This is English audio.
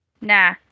Nah